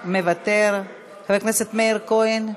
מוותר, חבר הכנסת מאיר כהן,